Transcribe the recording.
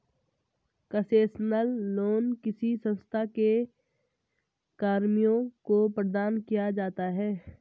concessional loan किसी संस्था के कर्मियों को प्रदान किया जाता है